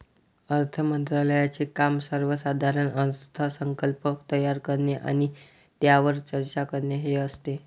अर्थ मंत्रालयाचे काम सर्वसाधारण अर्थसंकल्प तयार करणे आणि त्यावर चर्चा करणे हे असते